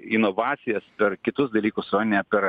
inovacijas per kitus dalykus o ne per